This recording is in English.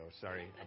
sorry